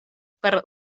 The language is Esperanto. per